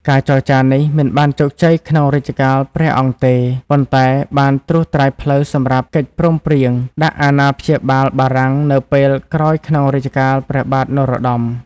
ការចរចានេះមិនបានជោគជ័យក្នុងរជ្ជកាលព្រះអង្គទេ ប៉ុន្តែបានត្រួសត្រាយផ្លូវសម្រាប់កិច្ចព្រមព្រៀងដាក់អាណាព្យាបាលបារាំងនៅពេលក្រោយក្នុងរជ្ជកាលព្រះបាទនរោត្តម។